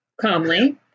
calmly